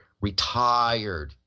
retired